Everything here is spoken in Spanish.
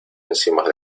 encima